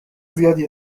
زیادی